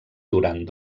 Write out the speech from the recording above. durant